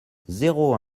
zéro